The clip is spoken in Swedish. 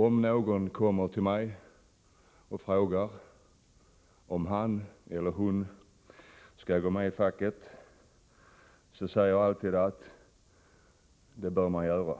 Om någon kommer till mig och frågar om han eller hon skall gå med i facket, svarar jag alltid att det bör man göra.